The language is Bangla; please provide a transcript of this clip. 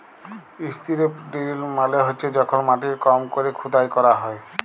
ইসতিরপ ডিরিল মালে হছে যখল মাটির কম ক্যরে খুদাই ক্যরা হ্যয়